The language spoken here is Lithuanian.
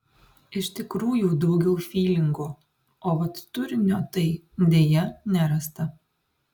iš tikrųjų daugiau fylingo o vat turinio tai deja nerasta